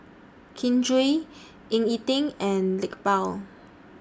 Kin Chui Ying E Ding and Iqbal